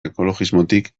ekologismotik